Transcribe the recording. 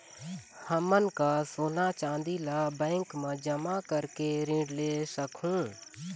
हमन का सोना चांदी ला बैंक मा जमा करके ऋण ले सकहूं?